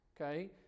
okay